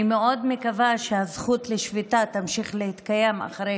אני מאוד מקווה שהזכות לשביתה תמשיך להתקיים אחרי